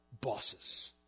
bosses